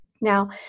Now